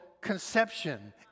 conception